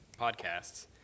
podcasts